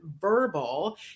verbal